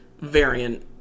variant